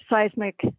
seismic